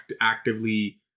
actively